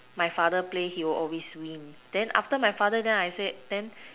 my father play he will always win then after my father then I say